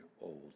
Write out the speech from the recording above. old